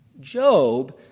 Job